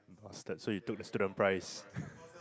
bastard so you took the student price